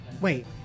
wait